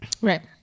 right